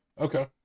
Okay